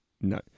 No